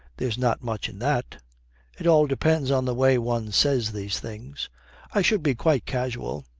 there's not much in that it all depends on the way one says these things i should be quite casual